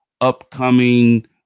upcoming